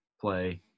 play